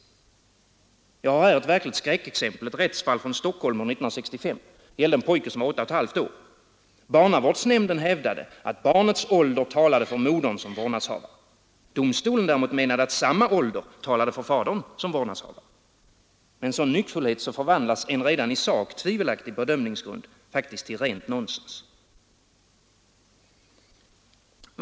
Jag har här ett verkligt skräckexempel, ett rättsfall från Stockholm år 1965. Det gällde en pojke som var åtta och ett halvt år. Barnavårdsnämnden hävdade att barnets ålder talade för modern som vårdnadshavare. Domstolen menade däremot att samma ålder talade för fadern. Med en sådan nyckfullhet förvandlas en redan i sak tvivelaktig bedömningsgrund till rent nonsens.